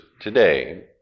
today